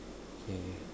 okay